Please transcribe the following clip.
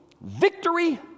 victory